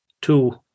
two